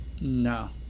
No